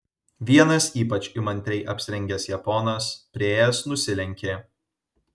vienas ypač įmantriai apsirengęs japonas priėjęs nusilenkė